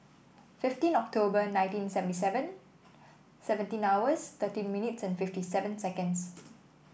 fifteen October nineteen seventy seven seventeen hours thirteen minutes and fifty seven seconds